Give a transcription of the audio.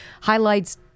highlights